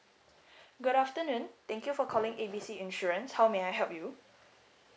good afternoon thank you for calling A B C insurance how may I help you